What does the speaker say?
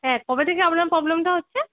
হ্যাঁ কবে থেকে আপনার প্রবলেমটা হচ্ছে